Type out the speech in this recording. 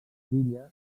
quilla